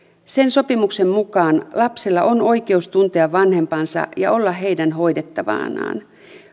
sen sopimuksen mukaan lapsella on oikeus tuntea vanhempansa ja olla heidän hoidettavanaan